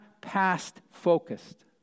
past-focused